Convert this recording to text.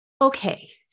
Okay